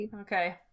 Okay